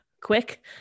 quick